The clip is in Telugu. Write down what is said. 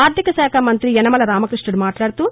ఆర్టిక శాఖ మంతి యనమల రామకృష్ణుడు మాట్లాడుతూ